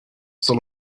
still